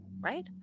Right